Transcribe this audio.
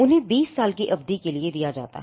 उन्हें 20 साल की अवधि के लिए दिया जाता है